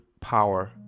power